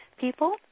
people